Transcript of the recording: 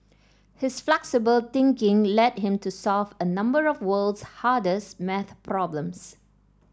his flexible thinking led him to solve a number of the world's hardest maths problems